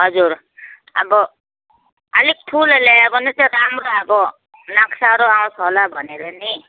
हजुर अब अलिक ठुलो ल्यायो भनेचाहिँ राम्रो अब नक्साहरू आउँछ होला भनेर नि